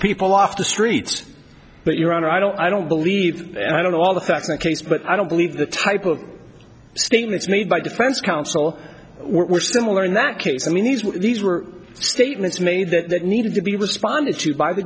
people off the streets but your honor i don't i don't believe and i don't know all the facts of the case but i don't believe the type of statements made by defense counsel were similar in that case i mean these were these were statements made that needed to be responded to by the